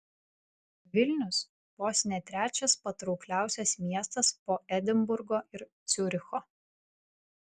vilnius vos ne trečias patraukliausias miestas po edinburgo ir ciuricho